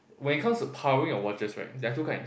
when it comes to powering your watches right there are two kinds